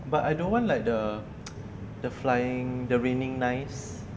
but I don't want like the the flying the raining knives